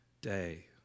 day